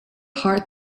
heart